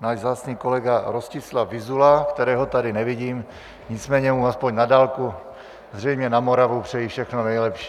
náš vzácný kolega Rostislav Vyzula, kterého tady nevidím, nicméně mu aspoň na dálku, zřejmě na Moravu, přeji všechno nejlepší.